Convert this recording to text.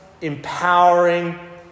empowering